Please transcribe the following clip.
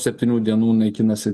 septynių dienų naikinasi